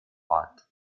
ort